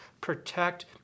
Protect